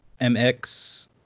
MX